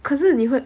可是你会